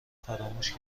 فراموش